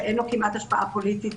שאין לו כמעט השפעה פוליטית,